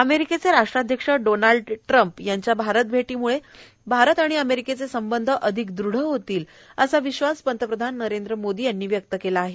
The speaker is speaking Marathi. अमेरिकेचे राट्राध्यक्ष डोनाल्ड ट्रम्प यांच्या भारत भेटीमुळं भारत आणि अमेरिकेचे संबंध अधिक दृढ होतील असा विश्वास पंतप्रधान नरेंद्र मोदी यांनी व्यक्त केला आहे